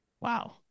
Wow